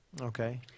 Okay